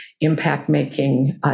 impact-making